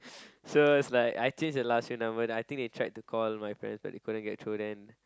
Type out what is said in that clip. so it's like I change the last few number then they tried to call my parents but they couldn't get through them